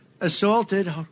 assaulted